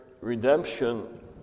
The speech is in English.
redemption